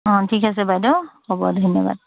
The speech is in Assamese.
অঁ ঠিক আছে বাইদেউ হ'ব ধন্যবাদ